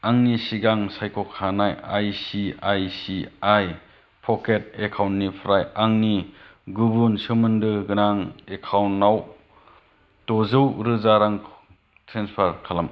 आंनि सिगां सायख'खानाय I C I C I प'केट एकाउन्टनिफ्राय आंनि गुबुन सोमोन्दो गोनां एकाउन्टाव दजौ रोजा रां ट्रेन्सफार खालाम